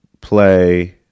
play